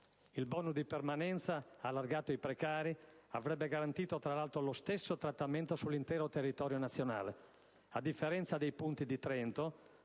Il *bonus* di permanenza allargato ai precari avrebbe garantito, tra l'altro, lo stesso trattamento sull'intero territorio nazionale, a differenza dei punti di Trento